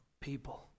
people